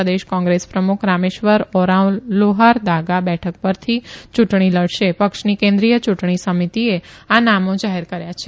પ્રદેશ Congress પ્રમુખ રામેશ્વર ઓરાંવ લોહારદાગા બેઠક પરથી યુંટણી લડશે પક્ષની કેન્દ્રીય ચુંટણી સમિતિએ આ નામો જાહેર કર્યા છે